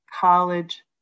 College